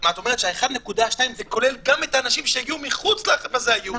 את אומרת שה-1.2% כוללים גם את האנשים שהגיעו מחוץ למשרה הייעודית.